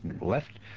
left